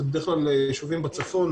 אלה בדרך כלל יישובים בצפון,